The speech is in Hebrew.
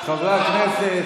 חבר הכנסת